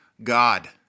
God